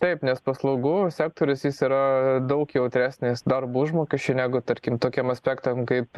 taup paslaugų sektorius jis yra daug jautresnis darbo užmokesčiui negu tarkim tokiem aspektam kaip